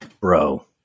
bro